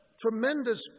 tremendous